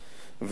את ההצעה הזאת,